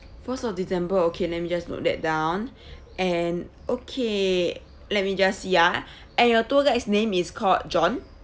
first of december okay let me just note that down and okay let me just see ah and your tour guide's name is called john